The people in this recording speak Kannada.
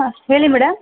ಹಾಂ ಹೇಳಿ ಮೇಡಮ್